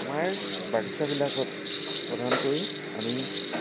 আমাৰ বাগিচাবিলাকত প্ৰধানকৈ আমি